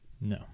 No